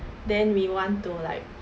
then we want to like